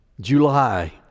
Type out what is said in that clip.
July